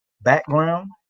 background